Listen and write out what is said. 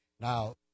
Now